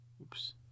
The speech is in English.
Oops